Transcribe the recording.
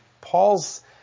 Paul's